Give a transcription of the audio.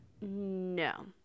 no